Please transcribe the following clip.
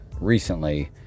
recently